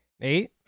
Eight